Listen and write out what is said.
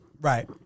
Right